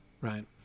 right